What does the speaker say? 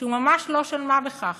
שהוא ממש לא של מה בכך: